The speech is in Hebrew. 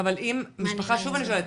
אבל שוב אני שואלת,